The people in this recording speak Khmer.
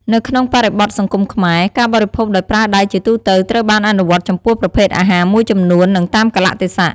នៅក្នុងបរិបទសង្គមខ្មែរ ការបរិភោគដោយប្រើដៃជាទូទៅត្រូវបានអនុវត្តចំពោះប្រភេទអាហារមួយចំនួន និងតាមកាលៈទេសៈ។